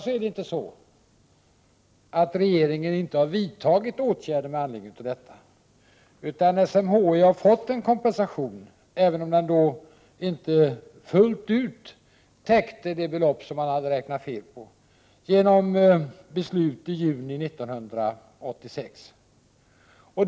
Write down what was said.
Regeringen har visst vidtagit åtgärder med anledning av detta. SMHI har fått en kompensation, även om den inte fullt ut täcker det belopp man räknade fel på. Detta skedde genom beslut i juni 1986.